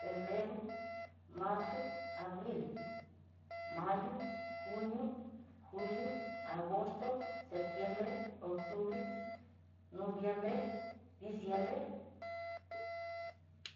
Febrero, marzo, abril, mayo, junio, julio, agosto, septiembre, octubre, noviembre, diciembre.